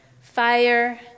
fire